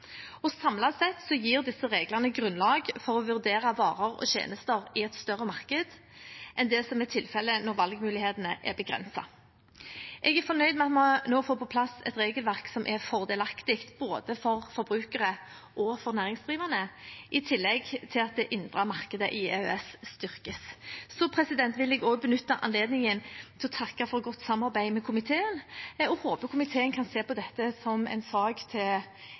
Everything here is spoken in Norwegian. sett gir disse reglene grunnlag for å vurdere varer og tjenester i et større marked enn det som er tilfellet når valgmulighetene er begrenset. Jeg er fornøyd med at vi nå får på plass et regelverk som er fordelaktig for både forbrukere og næringsdrivende, i tillegg til at det indre markedet i EØS styrkes. Så vil jeg også benytte anledningen til å takke for godt samarbeid med komiteen. Jeg håper komiteen kan se på dette som et eksempel til